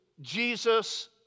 Jesus